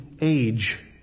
age